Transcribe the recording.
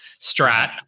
Strat